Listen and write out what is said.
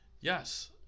Yes